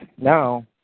Now